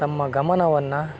ತಮ್ಮ ಗಮನವನ್ನು